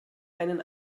einen